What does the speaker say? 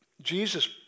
Jesus